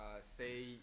say